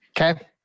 Okay